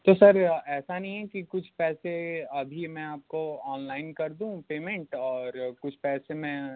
तो सर ऐसा नहीं है कि कुछ पैसे अभी मैं आपको ऑनलाइन कर दूँ पेमेंट और कुछ पैसे मैं